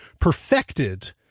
perfected